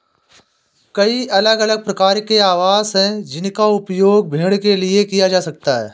कई अलग अलग प्रकार के आवास हैं जिनका उपयोग भेड़ के लिए किया जा सकता है